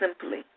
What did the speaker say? simply